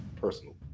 personal